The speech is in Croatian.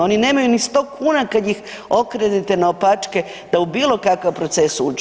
Oni nemaju niti 100 kuna kada ih okrenete naopačke da u bilo kakav proces uđu.